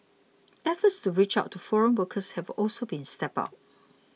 efforts to reach out to foreign workers have also been stepped up